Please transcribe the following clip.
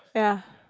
ya